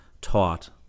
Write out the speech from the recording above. taught